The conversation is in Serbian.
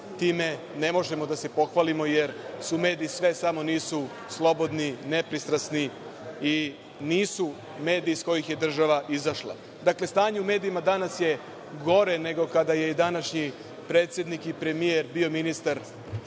time ne možemo da se pohvalimo, jer su mediji sve samo nisu slobodni, nepristrasni i nisu mediji iz kojih je država izašla. Dakle, stanje u medijima danas je gore nego kada je današnji predsednik i premijer bio ministar